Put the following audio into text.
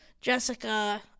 Jessica